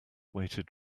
waited